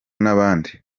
n’abandi